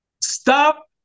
Stop